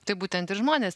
tai būtent ir žmonės